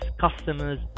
customers